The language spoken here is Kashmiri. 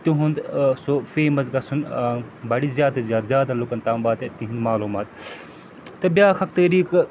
تِہُنٛد ٲں سُہ فیمَس گَژھُن ٲں بَڑھہِ زیادٕ زیادٕ زیادَن لوٗکَن تام واتہِ تِہنٛدۍ معلوٗمات تہٕ بیٛاکھ اکھ طریٖقہٕ